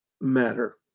matter